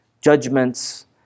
judgments